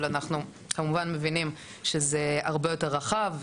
אבל אנחנו כמובן מבינים שזה הרבה יותר רחב.